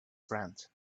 friend